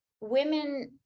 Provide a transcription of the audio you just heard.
women